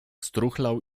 struchlał